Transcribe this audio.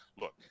look